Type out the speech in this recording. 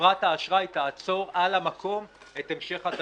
חברת האשראי תעצור על המקום את המשך התשלומים.